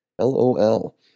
LOL